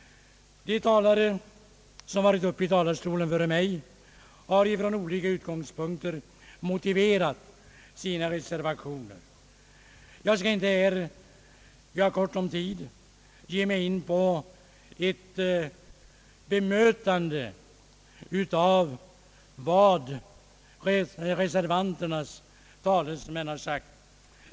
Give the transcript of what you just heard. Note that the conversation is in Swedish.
De talare som före mig varit uppe i talarstolen har från olika utgångspunkter motiverat sina reservationer. Eftersom vi har ont om tid, skall jag nu inte gå in på ett bemötande av vad reser vanternas talesmän har sagt.